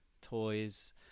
toys